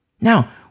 Now